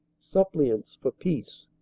sup pliants for peace.